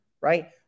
right